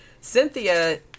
Cynthia